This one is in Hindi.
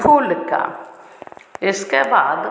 फूल का इसके बाद